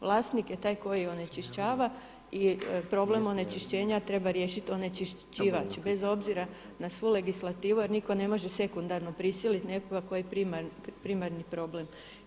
Vlasnik je taj koji onečišćava i problem onečišćenja treba riješiti onečišćivač bez obzira na svu legislativu jer nitko ne može sekundarno prisiliti nekoga tko je primarni problem.